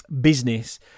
business